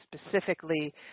specifically